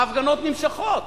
ההפגנות נמשכות.